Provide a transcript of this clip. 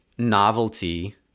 Novelty